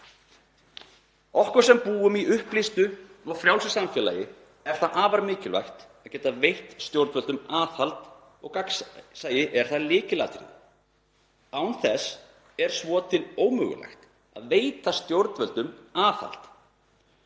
Okkur sem búum í upplýstu og frjálsu samfélagi er það afar mikilvægt að geta veitt stjórnvöldum aðhald, og gagnsæi er þar lykilatriði. Án þess er svo til ómögulegt að veita stjórnvöldum aðhald.